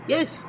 Yes